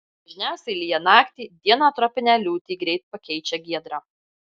dažniausiai lyja naktį dieną tropinę liūtį greit pakeičia giedra